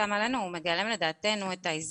כרגע לא.